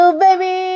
baby